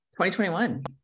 2021